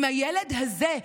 אם הילד הזה,